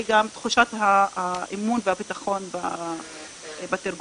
גם את תחושת האמון והביטחון בתרגומים.